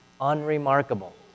unremarkable